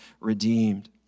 redeemed